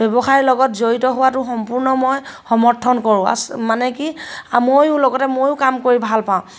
ব্যৱসায়ৰ লগত জড়িত হোৱাটো সম্পূৰ্ণ মই সমৰ্থন কৰোঁ আচ্ মানে কি ময়ো লগতে ময়ো কাম কৰি ভাল পাওঁ